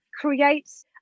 creates